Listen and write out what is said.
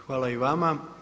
Hvala i vama.